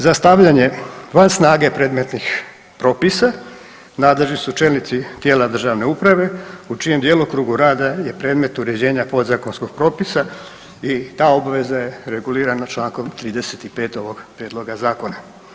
Za stavljanje van snage predmetnih propisa nadležni su čelnici tijela državne uprave u čijem djelokrugu rada je predmet uređenja podzakonskog propisa i ta obveza regulirana je člankom 35. ovog prijedloga zakona.